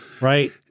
Right